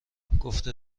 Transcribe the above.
گفته